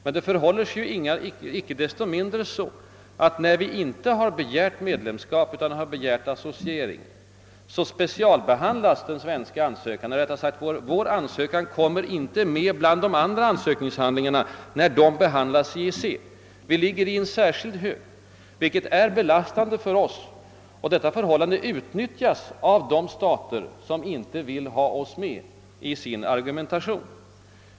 Men det förhåller sig icke desto mindre så, att när vi inte begärt medlemskap utan associering, specialbehandlas den svens ka ansökan eller — rättare sagt — vår ansökan kommer inte med bland de andra ansökningshandlingarna när dessa behandlas i EEC. Vår ansökan ligger i ett särskilt fack, och detta förhållande utnyttjar i sin argumentation de stater som inte vill ha oss med.